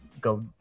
go